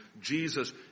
Jesus